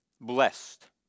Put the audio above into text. blessed